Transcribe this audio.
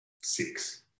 six